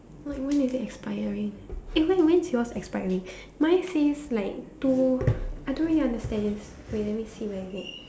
like when is it expiring eh when when's yours expiring mine says like two I don't really understand this wait let me see where is it